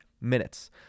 minutes